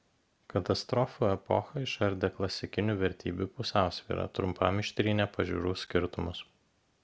katastrofų epocha išardė klasikinių vertybių pusiausvyrą trumpam ištrynė pažiūrų skirtumus